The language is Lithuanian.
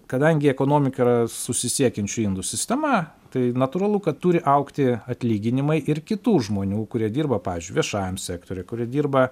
kadangi ekonomika yra susisiekiančių indų sistema tai natūralu kad turi augti atlyginimai ir kitų žmonių kurie dirba pavyzdžiui viešajam sektoriuj kurie dirba